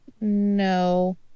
no